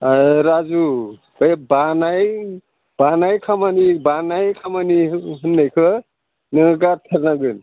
राजु बै बानाय बानाय खामानि बानाय खामानि होननायखो नोङो गारथारनांगोन